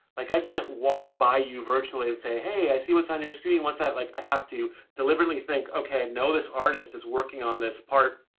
like i can't walk by you virtually and say, hey, i see what's on your screen, what's that? like i have to deliberately think, okay, i know this artist is working on this part.